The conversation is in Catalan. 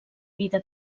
vida